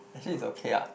actually it's okay ah